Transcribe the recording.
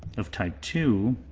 of type two